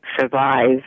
survive